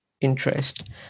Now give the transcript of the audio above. interest